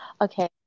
okay